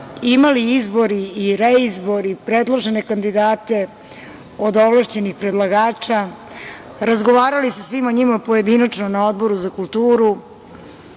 imali izbor i reizbor i predložene kandidate od ovlašćenih predlagača, razgovarali sa svima njima pojedinačno na Odboru za kulturu,